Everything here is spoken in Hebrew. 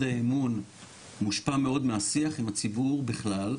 האמון מושפע מאוד מהשיח עם הציבור בכלל,